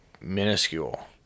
minuscule